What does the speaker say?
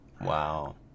Wow